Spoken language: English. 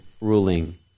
ruling